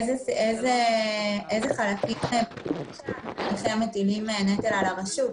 איזה חלקים לדעתכם מטילים נטל על הרשות?